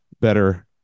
better